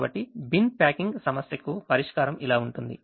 కాబట్టి bin packing సమస్యకు పరిష్కారం ఇలా ఉంటుంది